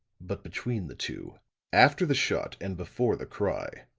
but between the two after the shot, and before the cry,